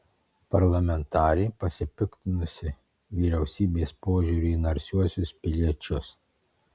parlamentarė pasipiktinusi vyriausybės požiūriu į narsiuosius piliečius